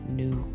new